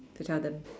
to tell them